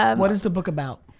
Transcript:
ah what is the book about?